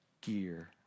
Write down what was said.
gear